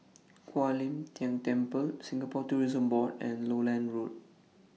Kuan Im Tng Temple Singapore Tourism Board and Lowland Road